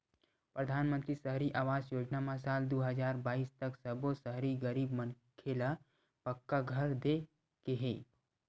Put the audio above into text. परधानमंतरी सहरी आवास योजना म साल दू हजार बाइस तक सब्बो सहरी गरीब मनखे ल पक्का घर दे के हे